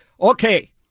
Okay